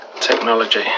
technology